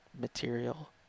material